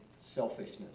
selfishness